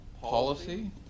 policy